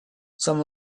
some